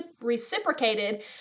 reciprocated